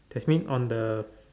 that's mean on the